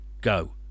Go